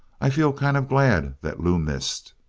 i feel kind of glad that lew missed.